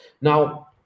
Now